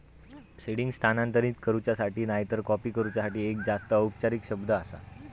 seeding स्थानांतरित करूच्यासाठी नायतर कॉपी करूच्यासाठी एक जास्त औपचारिक शब्द आसा